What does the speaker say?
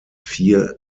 vier